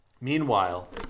Meanwhile